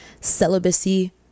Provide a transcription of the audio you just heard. celibacy